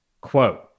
Quote